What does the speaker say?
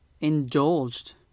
indulged